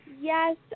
Yes